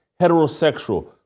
heterosexual